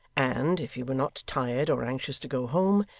and, if he were not tired or anxious to go home,